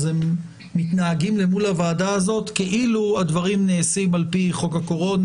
הם מתנהגים אל מול הוועדה הזאת כאילו הדברים נעשים על פי חוק הקורונה,